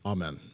Amen